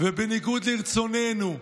ובניגוד לרצוננו,